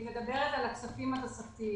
אני מדברת על הכספים התוספתיים.